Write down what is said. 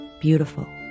beautiful